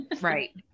Right